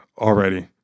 already